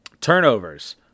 Turnovers